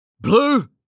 Blue